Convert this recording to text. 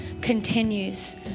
continues